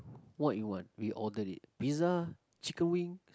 what you want we order it pizza chicken wing